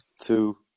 Two